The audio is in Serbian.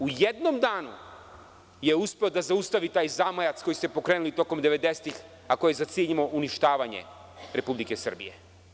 U jednom danu je uspeo da zaustavi taj zamajac koji ste pokrenuli tokom devedesetih, a koji je za cilj imao uništavanje Republike Srbije.